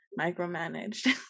micromanaged